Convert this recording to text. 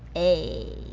a